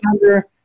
number